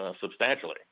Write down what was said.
substantially